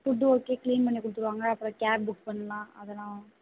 food okay clean பண்ணி கொடுத்துடுவாங்க அப்புறம் கேப் புக் பண்ணலாம் அதெல்லாம்